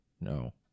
No